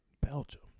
Belgium